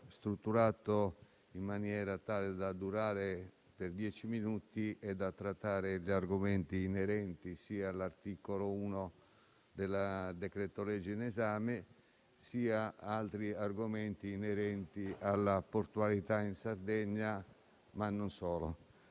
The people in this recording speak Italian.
strutturato in maniera tale da durare per dieci minuti e da trattare gli argomenti inerenti sia all'articolo 1 del decreto-legge in esame, sia ad altri argomenti relativi alla portualità in Sardegna, ma non solo.